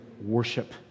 worship